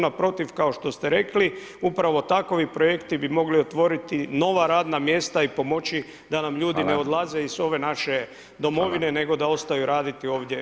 Naprotiv, kao što ste rekli, upravo takovi projekti bi mogli otvoriti nova radna mjesta i pomoći da nam ljudi ne odlaze iz ove naše domovine, nego da ostaju raditi ovdje u RH.